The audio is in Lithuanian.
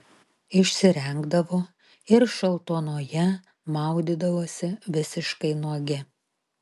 išsirengdavo ir šaltuonoje maudydavosi visiškai nuogi